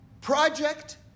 project